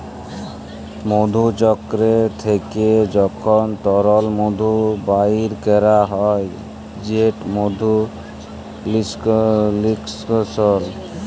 মধুচক্কর থ্যাইকে যখল তরল মধু বাইর ক্যরা হ্যয় সেট মধু লিস্কাশল